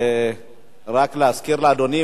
רק להזכיר לאדוני,